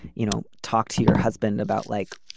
you know, talk to your husband about like.